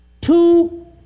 two